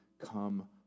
come